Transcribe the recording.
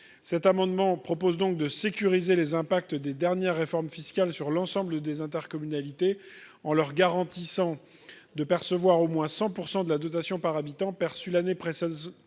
cet amendement propose donc de sécuriser les impacts des dernières réformes fiscales sur l'ensemble des intercommunalités en leur garantissant de percevoir au moins 100 % de la dotation par habitant perçu l'année précédent